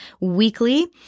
weekly